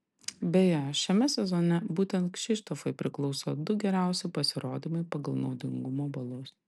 beje šiame sezone būtent kšištofui priklauso du geriausi pasirodymai pagal naudingumo balus